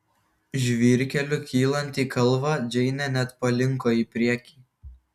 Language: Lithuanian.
žvyrkeliu kylant į kalvą džeinė net palinko į priekį